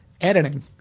editing